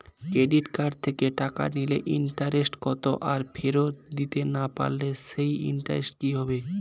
Credit card থেকে টাকা নিলে ইন্টারেস্ট কত আর ফেরত দিতে না পারলে সেই ইন্টারেস্ট কি হবে?